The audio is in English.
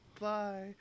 Bye